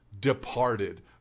departed